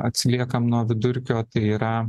atsiliekam nuo vidurkio tai yra